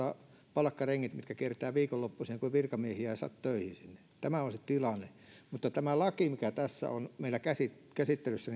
palkkarengit jotka kiertävät viikonloppuisin kun ei virkamiehiä saa töihin sinne tämä on se tilanne mutta tämä lakihan mikä tässä meillä on käsittelyssä